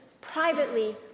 privately